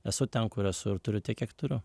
esu ten kur esu ir turiu tiek kiek turiu